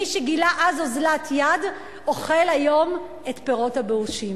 מי שגילה אז אוזלת יד אוכל היום את פרי הבאושים.